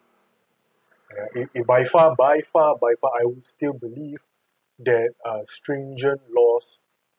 eh if if by far by far by far I would still believe that uh stringent laws